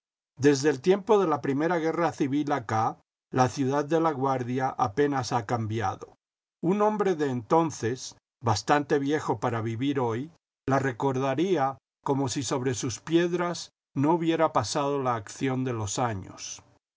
desde el tiempo de la primera guerra civil acá la ciudad de laguardia apenas ha cambiajo mi hombre de entonces bastante viejo para vivir hoy la recordaría como si sobre sus piedras no hubiera pasado la acción de los años